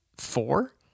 four